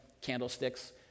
candlesticks